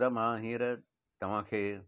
दादा मां हींअर तव्हांखे